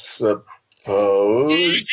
suppose